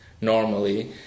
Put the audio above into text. normally